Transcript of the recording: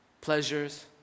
pleasures